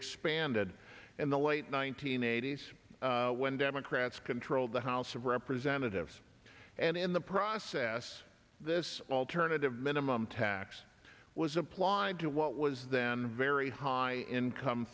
expanded in the late one nine hundred eighty s when democrats controlled the house of representatives and in the process this alternative minimum tax was applied to what was then very high income